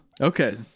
Okay